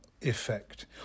effect